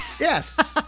Yes